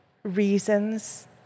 Reasons